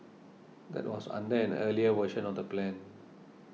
that was under an earlier version of the plan